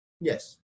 Yes